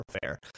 fair